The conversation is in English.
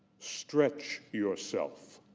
stretch yourself